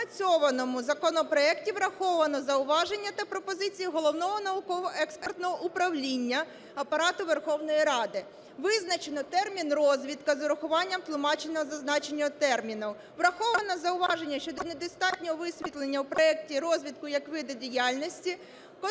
доопрацьованому законопроекті враховано зауваження та пропозиції Головного науково-експертного управління Апарату Верховної Ради. Визначено термін "розвідка" з урахуванням тлумачення зазначеного терміну. Враховано зауваження щодо недостатнього висвітлення в проекті розвідки як виду діяльності.